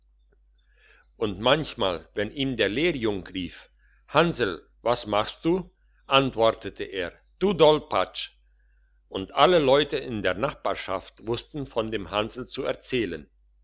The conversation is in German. und manchmal wenn ihm der lehrjung rief hansel was machst du antwortete er du dolpatsch und alle leute in der nachbarschaft wussten von dem hansel zu erzählen